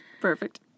Perfect